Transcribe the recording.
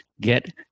Get